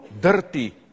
dirty